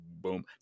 boom